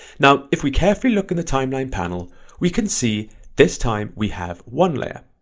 now if we carefully look in the timeline panel we can see this time we have one layer.